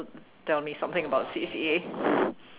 tell me something about C_C_A